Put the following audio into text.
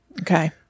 Okay